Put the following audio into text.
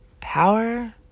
power